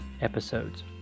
episodes